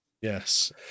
Yes